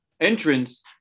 entrance